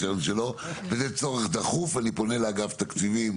וזה צורך דחוף, אני פונה לאגף תקציבים